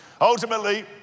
Ultimately